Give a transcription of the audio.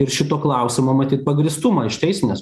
ir šito klausimo matyt pagrįstumą iš teisinės